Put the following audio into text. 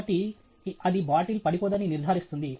కాబట్టి అది బాటిల్ పడిపోదని నిర్ధారిస్తుంది